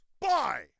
Bye